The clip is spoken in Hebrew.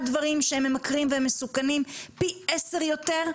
דברים שהם ממכרים ומסוכנים פי עשרה יותר,